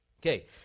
Okay